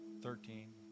thirteen